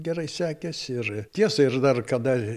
gerai sekėsi ir tiesa ir dar kada